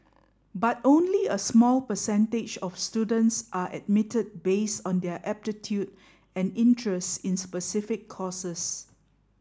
but only a small percentage of students are admitted based on their aptitude and interests in specific courses